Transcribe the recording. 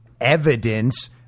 evidence